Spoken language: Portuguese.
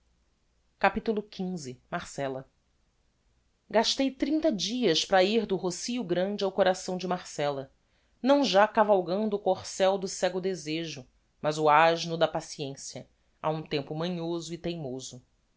capitulo xv marcella gastei trinta dias para ir do rocio grande ao coração de marcella não já cavalgando o corsel do cégo desejo mas o asno da paciência a um tempo manhoso e teimoso